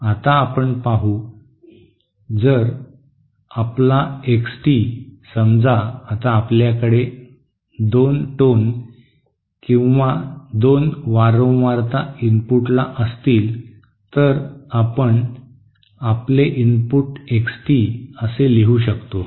आता आपण पाहू जर आपला एक्स टी समजा आता आपल्याकडे 2 टोन किंवा 2 वारंवारता इनपुटला असतील तर आपण आपले इनपुट एक्स टी असे लिहू शकतो